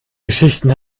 geschichten